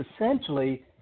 essentially